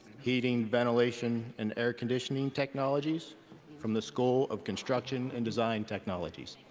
heating, ventilation, and air conditioning technologies from the school of construction and design technologies.